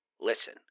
Listen